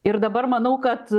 ir dabar manau kad